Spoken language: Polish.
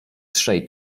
trzej